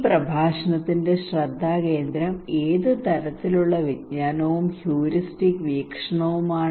ഈ പ്രഭാഷണത്തിന്റെ ശ്രദ്ധാകേന്ദ്രം ഏത് തരത്തിലുള്ള വിജ്ഞാനവും ഹ്യൂറിസ്റ്റിക് വീക്ഷണവുമാണ്